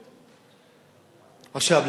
עכשיו,